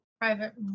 Private